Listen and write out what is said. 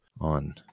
on